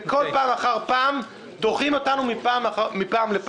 וכל פעם אחר פעם דוחים אותנו מפעם לפעם.